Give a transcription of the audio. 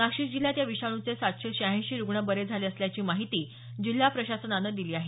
नाशिक जिल्ह्यात या विषाणूचे सातशे शहाऐंशी रुग्ण बरे झाले असल्याची माहितीही जिल्हा प्रशासनानं दिली आहे